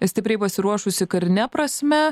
stipriai pasiruošusi karine prasme